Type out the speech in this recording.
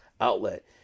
outlet